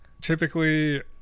Typically